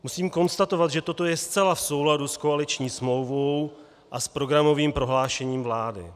Musím konstatovat, že toto je zcela v souladu s koaliční smlouvou a s programovým prohlášením vlády.